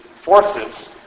forces